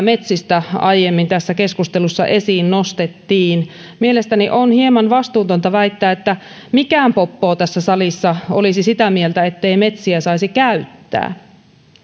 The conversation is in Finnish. metsistä aiemmin tässä keskustelussa esiin nostettiin mielestäni on hieman vastuutonta väittää että mikään poppoo tässä salissa olisi sitä mieltä ettei metsiä saisi käyttää